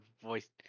voice